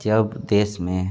जब देश में